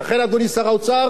הניהול שלך כושל,